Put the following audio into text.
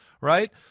right